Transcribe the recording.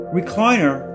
recliner